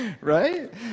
right